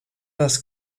das